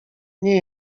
nie